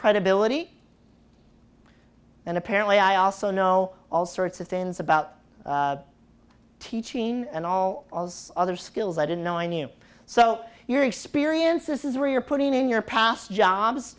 credibility and apparently i also know all sorts of things about teaching and all other skills i didn't know i knew so your experience this is where you're putting in your past jobs